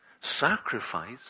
Sacrifice